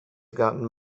gotten